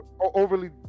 overly